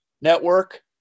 network